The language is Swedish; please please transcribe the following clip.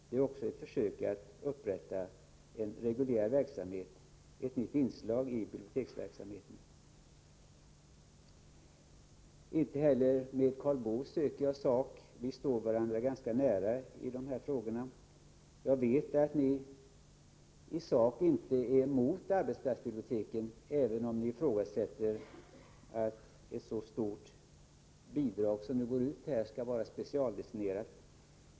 Det är också ett försök att upprätta en reguljär verksamhet, ett nytt inslag i biblioteksverksamheten. Inte heller med Karl Boo söker jag sak. Vi står varandra ganska nära i dessa frågor. Jag vet att ni i sak inte är emot arbetsplatsbiblioteken, även om ni ifrågasätter att ett så stort bidrag som det nu föreslagna skall vara specialdestinerat.